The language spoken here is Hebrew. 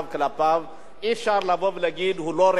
אי-אפשר לבוא ולהגיד: הוא לא רגיש לעניינים חברתיים.